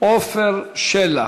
עפר שלח.